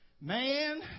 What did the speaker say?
Man